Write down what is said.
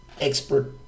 expert